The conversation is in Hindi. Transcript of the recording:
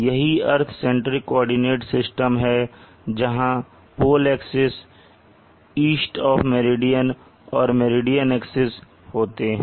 यही अर्थ सेंट्रिक कोऑर्डिनेट सिस्टम है जहां pole axis east of meridian और मेरिडियन एक्सिस होते हैं